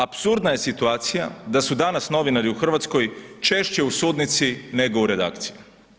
Apsurdna je situacija da su danas novinari u RH češće u sudnici, nego u redakciji.